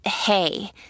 hey